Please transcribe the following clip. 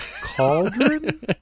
cauldron